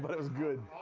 but it was good.